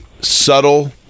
subtle